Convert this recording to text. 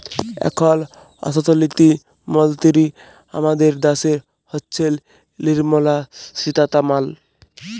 এখল অথ্থলিতি মলতিরি আমাদের দ্যাশের হচ্ছেল লির্মলা সীতারামাল